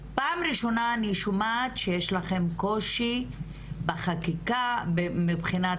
פעם ראשונה אני שומעת שיש לכם קושי בחקיקה מבחינת